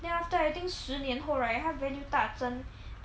then after I think 十年后 right 它 value 大增